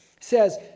says